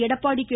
Edappadi K